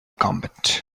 combat